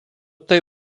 tai